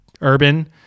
urban